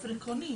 באופן עקרוני,